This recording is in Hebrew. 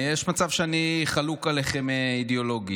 יש מצב שאני חלוק עליכם אידיאולוגית.